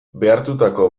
behartutako